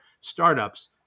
startups